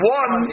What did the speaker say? one